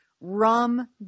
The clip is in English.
rum